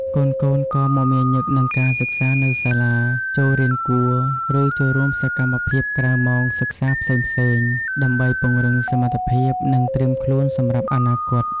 កូនៗ ក៏មមាញឹកនឹងការសិក្សានៅសាលា ចូលរៀនគួរ ឬចូលរួមសកម្មភាពក្រៅម៉ោងសិក្សាផ្សេងៗ ដើម្បីពង្រឹងសមត្ថភាព និងត្រៀមខ្លួនសម្រាប់អនាគត។